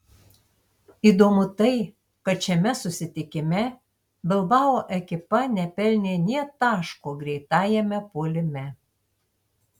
įdomu tai kad šiame susitikime bilbao ekipa nepelnė nė taško greitajame puolime